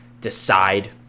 decide